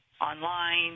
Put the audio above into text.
online